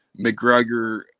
McGregor